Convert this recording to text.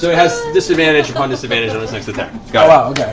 so it has disadvantage on disadvantage on its next attack. got yeah